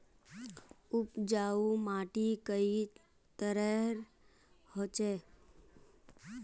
उपजाऊ माटी कई तरहेर होचए?